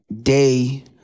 day